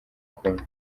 kumwe